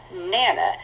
Nana